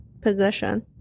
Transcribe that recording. position